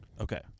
Okay